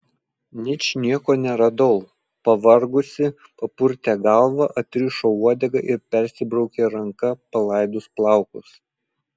ničnieko neradau pavargusi papurtė galvą atrišo uodegą ir persibraukė ranka palaidus plaukus